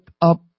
up